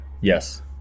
Yes